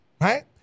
right